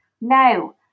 Now